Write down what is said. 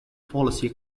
policy